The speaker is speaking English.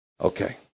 okay